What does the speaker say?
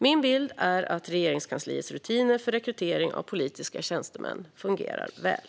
Min bild är att Regeringskansliets rutiner för rekrytering av politiska tjänstemän fungerar väl.